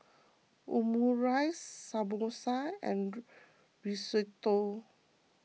Omurice Samosa and Risotto